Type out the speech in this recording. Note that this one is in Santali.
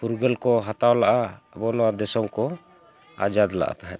ᱯᱷᱩᱨᱜᱟᱹᱞ ᱠᱚ ᱦᱟᱛᱟᱣ ᱞᱟᱜᱼᱟ ᱟᱵᱚ ᱱᱚᱣᱟ ᱫᱤᱥᱚᱢ ᱠᱚ ᱟᱡᱟᱫ ᱞᱟᱜ ᱛᱟᱦᱮᱸᱫ